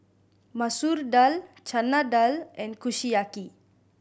Masoor Dal Chana Dal and Kushiyaki